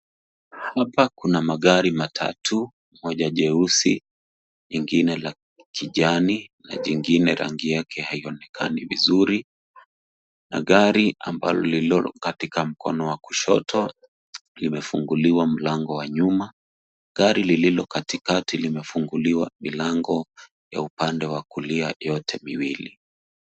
Hapa kuna magari matatu moja jeusi nyingine la kijani na jingine rangi yake haionekani vizuri, na gari ambalo lililo katika mkono wa kushoto limefunguliwa mlango wa nyuma, gari lililo katikati limefunguliwa milango ya upande wa kulia yote miwili.